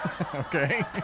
Okay